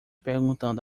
perguntando